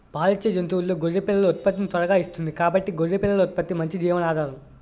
పాలిచ్చే జంతువుల్లో గొర్రె పిల్లలు ఉత్పత్తిని త్వరగా ఇస్తుంది కాబట్టి గొర్రె పిల్లల ఉత్పత్తి మంచి జీవనాధారం